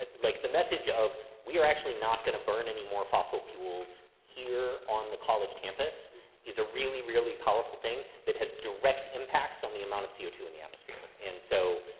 ah like the message of we are actually not going to burn any more fossil fuels here on the college campus is a really, really powerful thing that has direct impacts on the amount of co ah two in the atmosphere. and so,